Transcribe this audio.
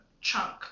chunk